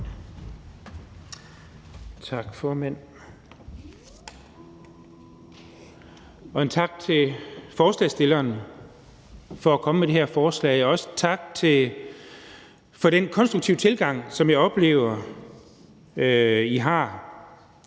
Tak, formand. Og tak til forslagsstilleren for at komme med det her forslag, og også tak for den konstruktive tilgang, som jeg oplever at I har.